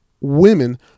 Women